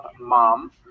mom